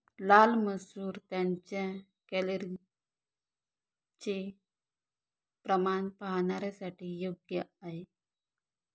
लाल मसूर त्यांच्या कॅलरीजचे प्रमाण पाहणाऱ्यांसाठी योग्य आहे